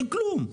אין כלום.